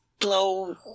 Blow